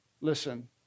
Listen